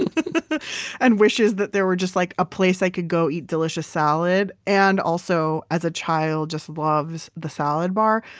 and and wishes that there were just like a place i could go eat delicious salad. and also as a child, just loves the salad bar.